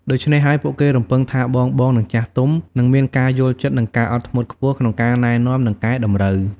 ដូច្នេះហើយពួកគេរំពឹងថាបងៗ និងចាស់ទុំ នឹងមាន ការយល់ចិត្ត និង ការអត់ធ្មត់ខ្ពស់ ក្នុងការណែនាំ និងកែតម្រូវ។